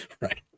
Right